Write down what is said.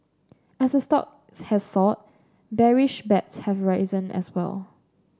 as a stock has soared bearish bets have risen as well